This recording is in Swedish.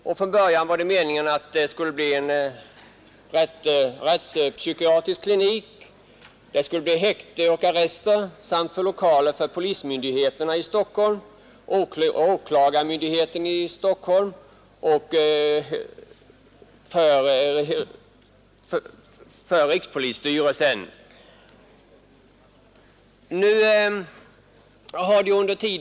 Nybyggnaden hade ursprungligen projekterats för rättspsykiatrisk klinik, häkte och arrester samt för lokaler för polismyndigheten i Stockholm, åklagarmyndigheten i Stockholms åklagardistrikt och rikspolisstyrelsen.